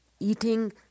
eating